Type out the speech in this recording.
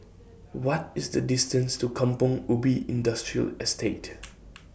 What IS The distance to Kampong Ubi Industrial Estate